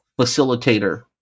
facilitator